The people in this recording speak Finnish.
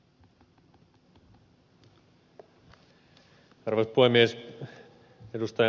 arvoisa puhemies